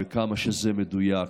וכמה זה מדויק.